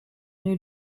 new